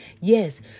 Yes